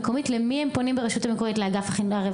(אומרת דברים בשפת הסימנים, להלן